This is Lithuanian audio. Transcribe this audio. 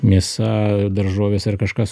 mėsa daržovės ar kažkas